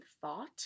thought